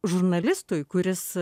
žurnalistui kuris